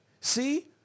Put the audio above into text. see